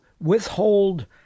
withhold